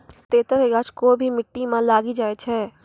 तेतर के गाछ कोय भी मिट्टी मॅ लागी जाय छै